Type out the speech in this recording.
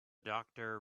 doctor